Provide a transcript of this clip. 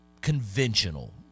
conventional